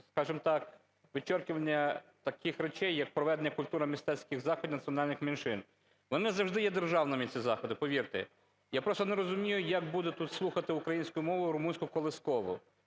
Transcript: скажімо так, вычеркивания таких речей, як проведення культурно-мистецьких заходів національних меншин. Вони завжди є державними, ці заходи, повірте. Я просто не розумію, як будуть слухати українською мовою румунську колискову